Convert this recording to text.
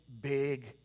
big